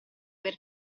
aver